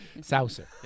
saucer